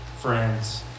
Friends